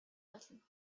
болно